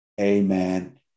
amen